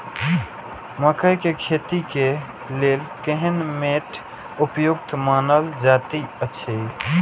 मकैय के खेती के लेल केहन मैट उपयुक्त मानल जाति अछि?